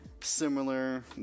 similar